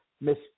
miss